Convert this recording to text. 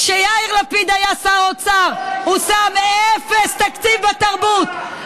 כשיאיר לפיד היה שר אוצר הוא שם אפס תקציב בתרבות,